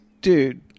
dude